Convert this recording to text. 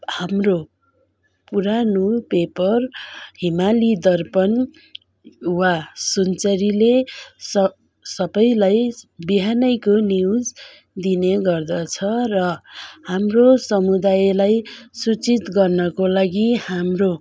हाम्रो पुरानो पेपर हिमालय दर्पण वा सुनचरीले सब सबैलाई बिहानैको न्युज दिने गर्दछ र हाम्रो समुदायलाई सूचित गर्नको लागि हाम्रो